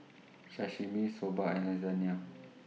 Sashimi Soba and Lasagne